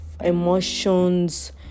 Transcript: emotions